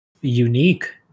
unique